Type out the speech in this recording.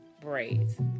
braids